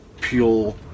pure